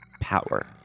power